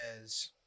says